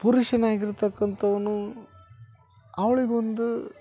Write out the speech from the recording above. ಪುರುಷನಾಗಿರ್ತಕ್ಕಂಥವನು ಅವ್ಳಿಗೊಂದು